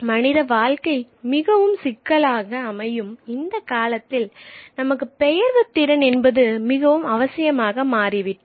மனித வாழ்க்கை மிகவும் சிக்கலாக அமையும் இந்த காலத்தில் நமக்கு பெயர்வு திறன் என்பது மிகவும் அவசியமாக மாறிவிட்டது